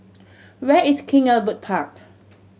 where is King Albert Park